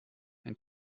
ein